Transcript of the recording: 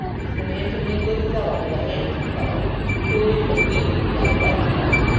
he's an amazingly good fellow, and a handsome fellow foolish and weak as yet that's all.